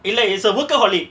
இல்ல:illa is a workaholic